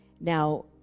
Now